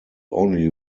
only